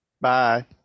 Bye